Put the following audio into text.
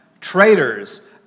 traitors